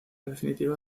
definitiva